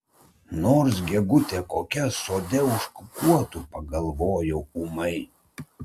nors gegutė kokia sode užkukuotų pagalvojau ūmai